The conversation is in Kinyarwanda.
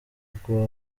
ukuntu